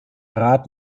rat